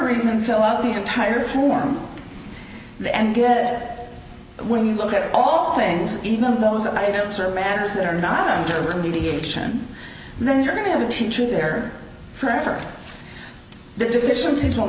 reason fill up the entire form the end get when you look at all things even those items are matters that are not on target mediation then you're going to have a teacher there for the deficiencies will